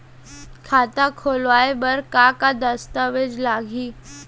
खाता खोलवाय बर का का दस्तावेज लागही?